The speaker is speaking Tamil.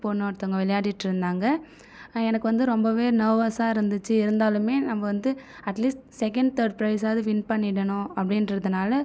பொண்ணு ஒருத்தவங்க விளையாடிட்டிருந்தாங்க எனக்கு வந்து ரொம்பவே நெர்வஸாக இருந்துச்சு இருந்தாலும் நம்ம வந்து அட்லீஸ்ட் செகண்ட் தேர்ட் பிரைஸாவது வின் பண்ணிடணும் அப்படின்றதனால